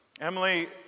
Emily